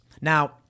Now